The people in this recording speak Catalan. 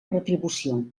retribució